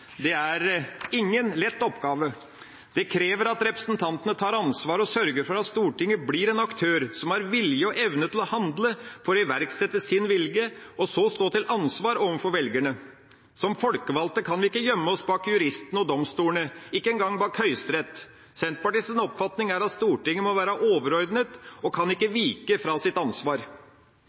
Det er ingen lett oppgave. Det krever at representantene tar ansvar og sørger for at Stortinget blir en aktør som har vilje og evne til å handle for å iverksette sin vilje, og så stå til ansvar overfor velgerne. Som folkevalgte kan vi ikke gjemme oss bak juristene og domstolene, ikke engang bak Høyesterett. Senterpartiets oppfatning er at Stortinget må være overordnet og ikke kan vike fra sitt ansvar.